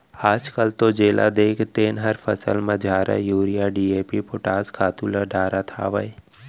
आजकाल तो जेला देख तेन हर फसल म झारा यूरिया, डी.ए.पी, पोटास खातू ल डारत हावय